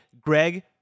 Greg